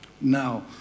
Now